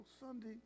Sunday